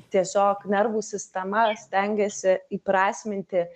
tiesiog nervų sistema stengiasi įprasminti